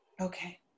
Okay